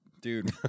Dude